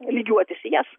lygiuotis į jas